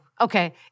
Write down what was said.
okay